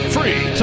Free